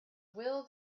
will